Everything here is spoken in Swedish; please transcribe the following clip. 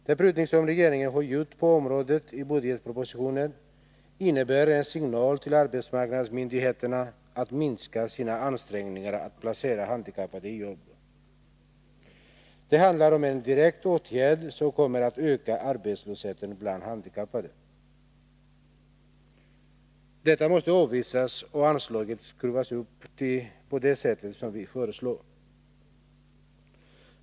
Den prutning som regeringen har gjort på området i budgetpropositionen innebär en signal till arbetsmarknadsmyndigheterna att minska sina ansträngningar att placera handikappade i jobb. Det handlar om en direkt åtgärd som kommer att öka arbetslösheten bland handikappade. Detta måste avvisas och anslaget skrivas upp på det sätt vi föreslår.